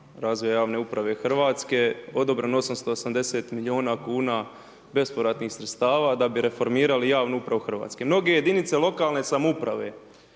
razvoja javne uprave Hrvatske odobreno 880 milijuna kuna bespovratnih sredstava da bi reformirali javnu upravu Hrvatske. Mnoge jedinice lokalne samouprave